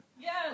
Yes